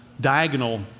diagonal